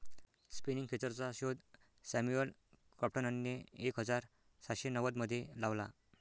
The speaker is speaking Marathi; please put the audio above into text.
स्पिनिंग खेचरचा शोध सॅम्युअल क्रॉम्प्टनने एक हजार सातशे नव्वदमध्ये लावला